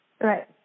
Right